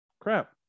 crap